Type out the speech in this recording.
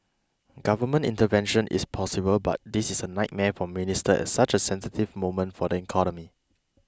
government intervention is possible but this is a nightmare for ministers at such a sensitive moment for the economy